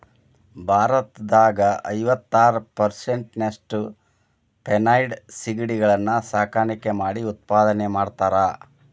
ಭಾರತದಾಗ ಐವತ್ತಾರ್ ಪೇರಿಸೆಂಟ್ನಷ್ಟ ಫೆನೈಡ್ ಸಿಗಡಿಗಳನ್ನ ಸಾಕಾಣಿಕೆ ಮಾಡಿ ಉತ್ಪಾದನೆ ಮಾಡ್ತಾರಾ